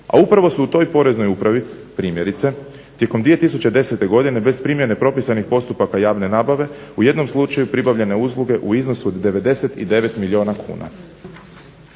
A upravo su u toj Poreznoj upravi primjerice tijekom 2010. godine bez primjene propisanih postupaka javne nabave u jednom slučaju pribavljene usluge u iznosu od 99 milijuna kuna.